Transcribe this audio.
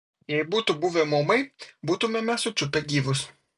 jei būtų buvę maumai būtumėme sučiupę gyvus